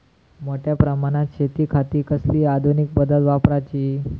मोठ्या प्रमानात शेतिखाती कसली आधूनिक पद्धत वापराची?